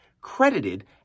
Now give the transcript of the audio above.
credited